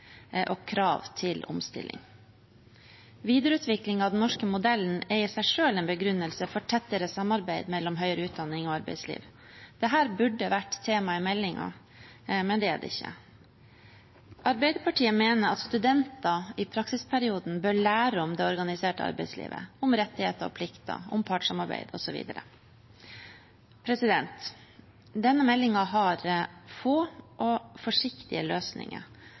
og krav til omstilling. Videreutvikling av den norske modellen er i seg selv en begrunnelse for tettere samarbeid mellom høyere utdanning og arbeidsliv. Dette burde vært tema i meldingen, men det er det ikke. Arbeiderpartiet mener at studenter i praksisperioden bør lære om det organiserte arbeidslivet, om rettigheter og plikter, om partssamarbeid osv. Denne meldingen har få og forsiktige løsninger,